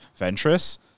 Ventress